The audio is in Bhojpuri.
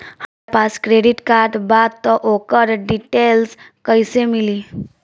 हमरा पास क्रेडिट कार्ड बा त ओकर डिटेल्स कइसे मिली?